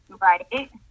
Right